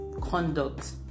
conduct